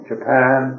Japan